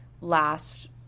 last